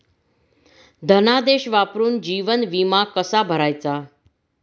धनादेश वापरून जीवन विमा कसा भरायचा?